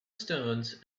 stones